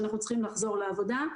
משרד העבודה,